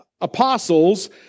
Apostles